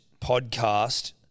podcast